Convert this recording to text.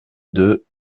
deux